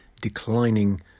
declining